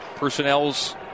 Personnel's